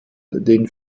den